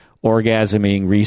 orgasming